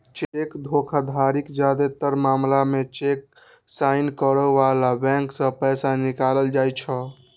cheque धोखाधड़ीक जादेतर मामला मे चेक साइन करै बलाक बैंक सं पैसा निकालल जाइ छै